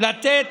לתת